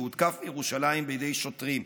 שהותקף בירושלים בידי שוטרים.